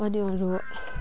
अनि अरू